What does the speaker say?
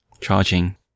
charging